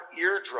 eardrum